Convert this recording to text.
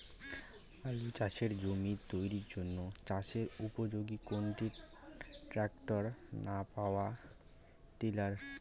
আলু চাষের জমি তৈরির জন্য চাষের উপযোগী কোনটি ট্রাক্টর না পাওয়ার টিলার?